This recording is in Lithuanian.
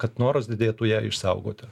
kad noras didėtų ją išsaugoti